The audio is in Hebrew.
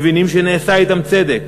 מבינים שנעשה אתם צדק.